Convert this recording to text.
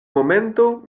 momento